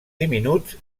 diminuts